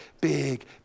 big